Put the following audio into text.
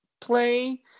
play